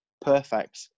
Perfect